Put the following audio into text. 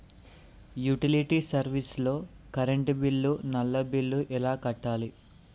Utility service లో current bill, నల్లా bill ఎలా కట్టాలి?